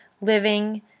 Living